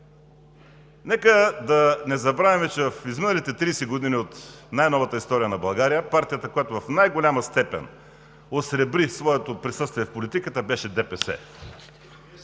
Нека да не забравяме, че в изминалите 30 години от най-новата история на България партията, която в най-голяма степен осребри своето присъствие в политиката, беше ДПС.